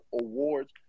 awards